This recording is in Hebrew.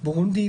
בורונדי,